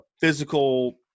physical